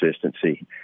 consistency